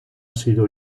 sido